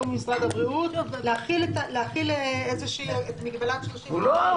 עם משרד הבריאות להחיל את מגבלת 30%. הוא לא.